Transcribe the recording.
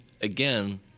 again